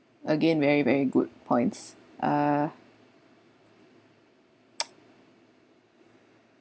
again very very good points ah